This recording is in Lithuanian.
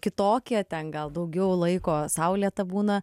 kitokia ten gal daugiau laiko saulėta būna